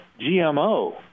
GMO